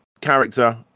character